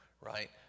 right